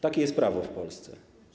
Takie jest prawo w Polsce.